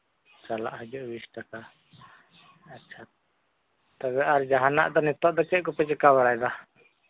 ᱪᱟᱞᱟᱜ ᱦᱤᱡᱩᱜ ᱵᱤᱥ ᱴᱟᱠᱟ ᱟᱪᱪᱷᱟ ᱛᱚᱵᱮ ᱟᱨ ᱡᱟᱦᱟᱱᱟᱜ ᱱᱤᱛᱚᱜ ᱫᱚ ᱪᱮᱫ ᱠᱚᱯᱮ ᱪᱤᱠᱟᱹ ᱵᱟᱲᱟᱭᱫᱟ